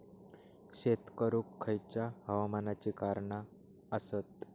शेत करुक खयच्या हवामानाची कारणा आसत?